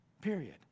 period